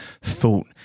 thought